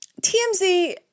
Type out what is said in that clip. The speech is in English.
TMZ